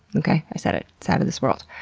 okay? i said it. it's out of this world.